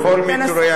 בכל מקרה,